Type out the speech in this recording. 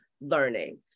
learning